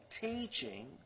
teaching